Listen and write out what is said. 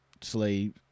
slave